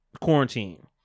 quarantine